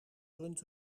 rund